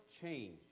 change